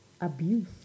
abuse